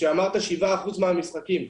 שאמרת 7% מהמשחקים.